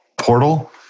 Portal